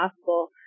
possible